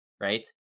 right